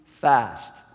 fast